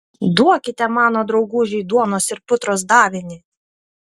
duokite mano draugužiui duonos ir putros davinį